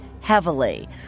heavily